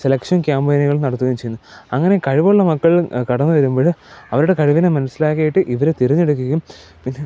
selection ക്യാമ്പയിനുകൾ നടത്തുകയും ചെയ്യുന്നു അങ്ങനെ കഴിവുള്ള മക്കൾ കടന്ന് വരുമ്പഴ് അവരുടെ കഴിവിനെ മനസ്സിലാക്കിയിട്ട് ഇവരെ തിരഞ്ഞെടുക്കുകയും